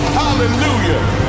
hallelujah